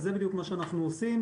וזה בדיוק מה שאנחנו עושים,